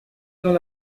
dans